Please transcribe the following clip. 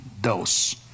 dose